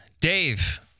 Dave